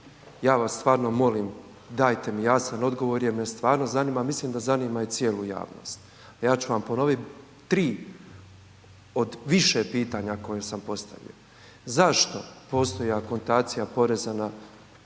Ja vas stvarno molim dajte mi jasan odgovor jer me stvarno zanima, mislim da zanima i cijelu javnost, a ja ću vam ponovit tri od više pitanja koje sam postavio. Zašto postoji akontacija poreza na